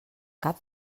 cap